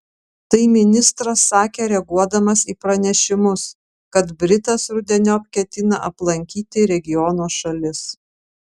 tai ministras sakė reaguodamas į pranešimus kad britas rudeniop ketina aplankyti regiono šalis